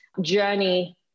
journey